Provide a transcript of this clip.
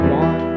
one